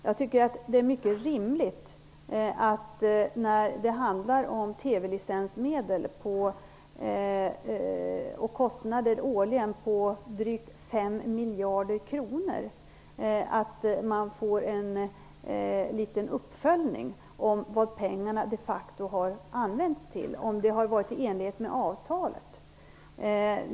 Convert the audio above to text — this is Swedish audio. Eftersom det handlar om TV-licensmedel och årliga kostnader på drygt 5 miljarder kronor, är det rimligt att det görs en liten uppföljning av vad pengarna de facto har använts till och om de har använts i enlighet med avtalet.